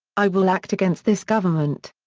i will act against this government.